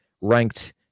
ranked